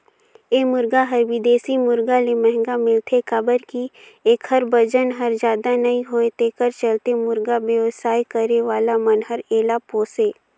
ए मुरगा हर बिदेशी मुरगा ले महंगा मिलथे काबर कि एखर बजन हर जादा नई होये तेखर चलते मुरगा बेवसाय करे वाला मन हर एला पोसे